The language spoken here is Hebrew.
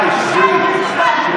די, שבי.